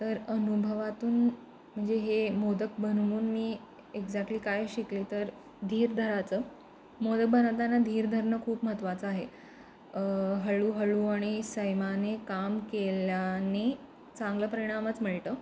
तर अनुभवातून म्हणजे हे मोदक बनवून मी एक्झॅक्टली काय शिकले तर धीर धरायचं मोदक बनवताना धीर धरणं खूप महत्त्वाचं आहे हळूहळू आणि संयमाने काम केल्याने चांगलं परिणामच मिळतं